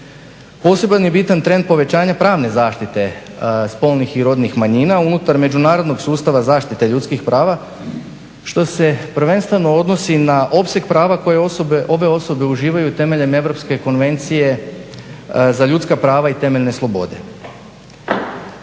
Posebno je bitan trend povećanja pravne zaštite, spolnih i rodnih manjina unutar međunarodnog sustava zaštite ljudskih prava. Što se prvenstveno odnosi na opseg prava koje ove osobe uživaju temeljem Europske konvencije za ljudska prava i temeljne slobode.